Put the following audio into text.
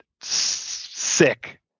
sick